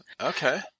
Okay